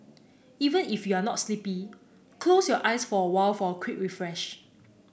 even if you are not sleepy close your eyes for a while for a quick refresh